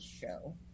show